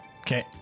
Okay